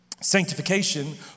sanctification